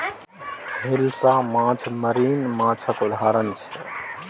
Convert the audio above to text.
हिलसा माछ मरीन माछक उदाहरण छै